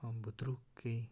अन्त भुत्रुक्कै